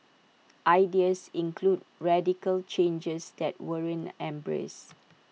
ideas included radical changes that weren't embraced